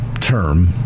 term